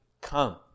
come